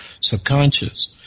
subconscious